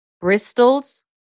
Bristol's